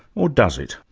or does it?